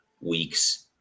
weeks